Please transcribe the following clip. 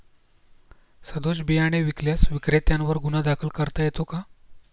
सदोष बियाणे विकल्यास विक्रेत्यांवर गुन्हा दाखल करता येतो का?